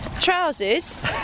Trousers